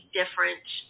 different